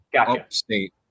upstate